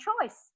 choice